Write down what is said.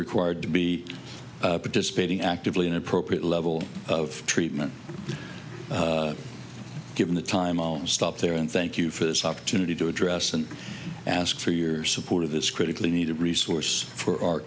required to be participating actively in appropriate level of treatment given the time i'll stop there and thank you for this opportunity to address and ask for yours support of this critically needed resource for our